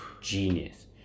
Genius